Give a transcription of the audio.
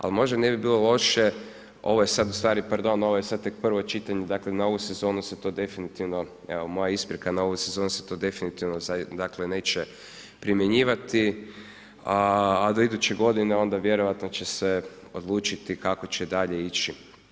A možda ne bi bilo loše, ovo je sad ustvari pardon, ovo je sad tek prvo čitanje, dakle na ovu sezonu se to definitivno, evo moja isprika, na ovu sezonu se to definitivno dakle, neće primjenjivati a do iduće godine onda vjerojatno će se odlučiti kako će dalje ići.